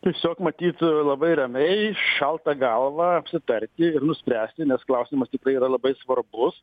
tiesiog matyt labai ramiai šalta galva apsitarti ir nuspręsti nes klausimas tikrai yra labai svarbus